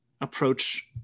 approach